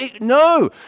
No